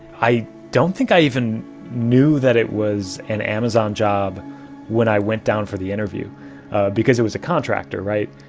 i don't think i even knew that it was an amazon job when i went down for the interview because it was a contractor, right.